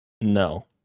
No